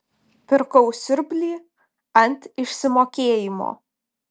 pirkau siurblį ant išsimokėjimo